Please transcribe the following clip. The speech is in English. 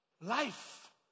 Life